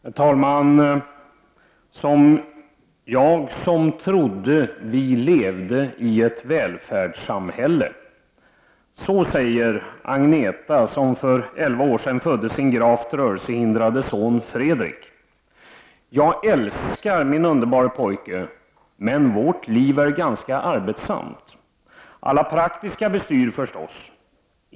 Herr talman! — Jag som trodde vi levde i ett välfärdssamhälle, säger Agnetha, som för elva år sedan födde sin gravt rörelsehindrade son Fredrik. Jag älskar min underbare pojke ,men vårt liv är ganska arbetsamt. Alla praktiska bestyr förstås.